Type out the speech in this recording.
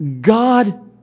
God